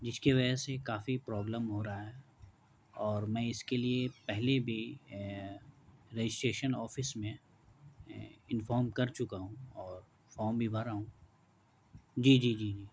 جس کی وجہ سے کافی پرابلم ہو رہا ہے اور میں اس کے لیے پہلے بھی رجسٹریشن آفس میں انفام کر چکا ہوں اور فام بھی بھرا ہوں جی جی جی جی